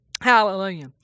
Hallelujah